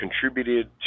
Contributed